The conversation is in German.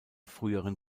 früheren